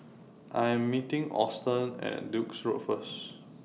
I Am meeting Alston At Duke's Road First